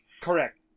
Correct